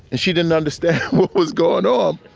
and she didn't understand what was going on.